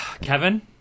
Kevin